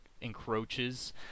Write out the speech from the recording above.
encroaches